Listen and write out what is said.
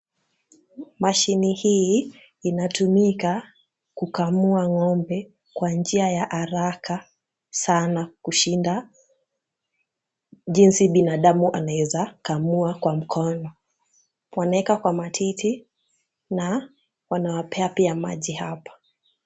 Mashine hii inatumika kukamua ng'ombe kwa njia ya haraka sana kushinda jinsi mwanadamu anaeza kamua kwa mikono . Wanaweka kwa matiti na wanawapea pia maji hapa.